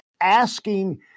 asking